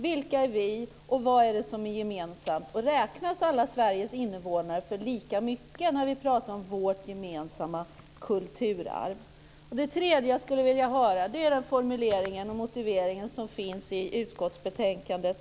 Vilka är "vi", och vad är det som är gemensamt? Räknas alla Sveriges invånare lika mycket när man pratar om vårt gemensamma kulturarv? För det tredje vill jag få en motivering till en formulering på s. 18 i utskottsbetänkandet.